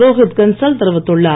ரோஹித் கன்சால் தெரிவித்துள்ளார்